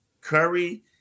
Curry